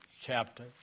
chapter